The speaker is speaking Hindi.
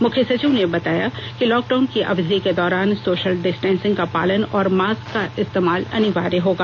मुख्य सचिव ने बताया कि लॉकडाउन की अवधि के दौरान सोशल डिस्टेंसिंग का पालन और मास्क का इर्स्तेमाल अनिवार्य होगा